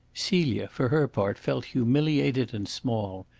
celia, for her part, felt humiliated and small.